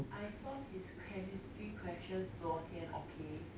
I solve his chemistry questions 昨天 okay